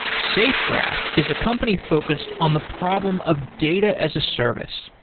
safegraph is a company focused on the problem of data as a service.